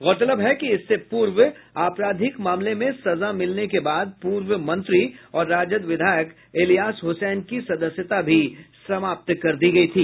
गौरतलब है कि इससे पूर्व आपराधिक मामले में सजा मिलने के बाद पूर्व मंत्री और राजद विधायक इलियास हुसैन की सदस्यता भी समाप्त कर दी गयी थी